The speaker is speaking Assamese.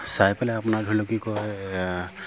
চাই পেলাই আপোনাৰ ধৰি লওক কি কয়